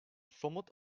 somut